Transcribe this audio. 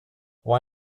why